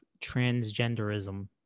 transgenderism